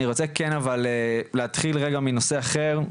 אני רוצה כן אבל להתחיל רגע מנושא אחר,